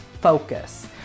focus